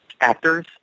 actors